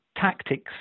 tactics